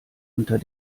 unter